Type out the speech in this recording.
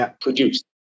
produced